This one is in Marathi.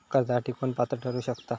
कर्जासाठी कोण पात्र ठरु शकता?